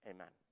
Amen